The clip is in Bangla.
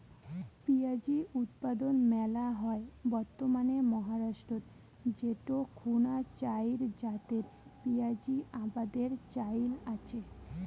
পিঁয়াজী উৎপাদন মেলা হয় বর্তমানে মহারাষ্ট্রত যেটো খুনা চাইর জাতের পিয়াঁজী আবাদের চইল আচে